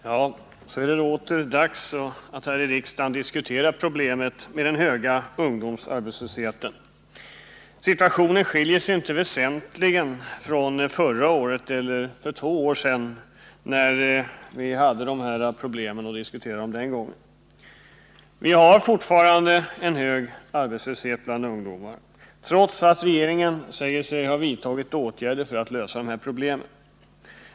Herr talman! Det är nu åter dags att i riksdagen diskutera problemet med den höga ungdomsarbetslösheten. Situationen skiljer sig inte väsentligt från vad som gällde när vi förra året eller för två år sedan diskuterade dessa problem. Det är fortfarande en hög arbetslöshet bland ungdomar, trots att regeringen säger sig ha vidtagit åtgärder för att lösa problemen på detta område.